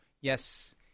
yes